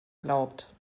glaubt